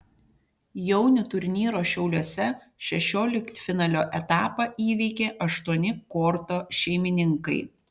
jaunių turnyro šiauliuose šešioliktfinalio etapą įveikė aštuoni korto šeimininkai